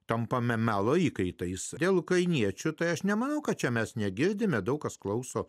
tampame melo įkaitais dėl kaimiečių tai aš nemanau kad čia mes negirdime daug kas klauso